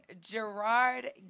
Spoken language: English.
Gerard